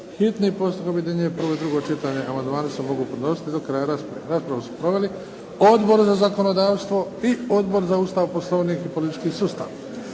Hitni postupak objedinjuje prvo i drugo čitanje. Amandmani se mogu podnositi do kraja rasprave. Raspravu su proveli Odbor za zakonodavstvo i Odbor za Ustav, Poslovnik i politički sustav.